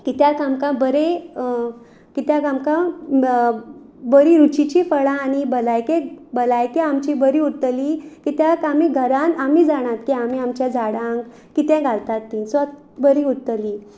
कित्याक आमकां बरे कित्याक आमकां ब बरीं रुचीचीं फळां आनी भलायकेक भलायकी आमची बरी उरतली कित्याक आमी घरान आमी जाणात की आमी आमच्या झाडांक कितें घालतात तीं सो आत बरीं उरतलीं